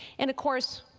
and of course,